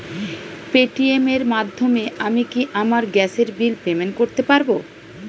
Paytm এর মাধ্যমে আমি কি আমার গ্যাসের বিল পেমেন্ট করতে পারব?